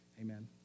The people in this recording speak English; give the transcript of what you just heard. Amen